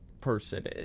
person